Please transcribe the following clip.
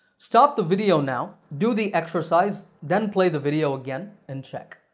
stop the video now, do the exercise, then play the video again and check.